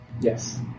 Yes